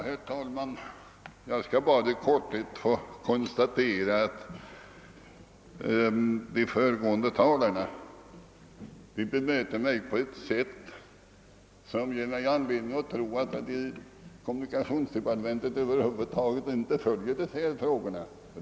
Herr talman! Jag vill bara i korthet konstatera att de föregående talarna bemöter mig på ett sätt som kan ge anledning att tro att man inom kommunikationsdepartementet över huvud taget inte följer dessa frågor.